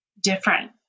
different